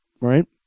right